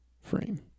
frame